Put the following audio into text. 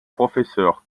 professeurs